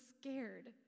scared